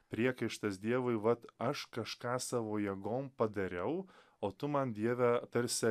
priekaištas dievui vat aš kažką savo jėgom padariau o tu man dieve tarsi